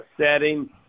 setting